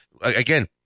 Again